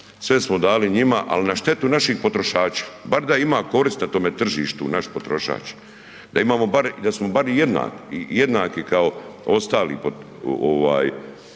sve smo dali, ali na štetu naših potrošača. Bar da ima koristi na tome tržištu naš potrošač, da smo bar jednaki kao ostali